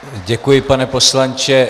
Děkuji, pane poslanče.